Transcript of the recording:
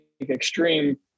extreme